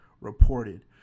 reported